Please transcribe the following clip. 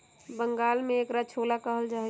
बंगाल में एकरा छोला कहल जाहई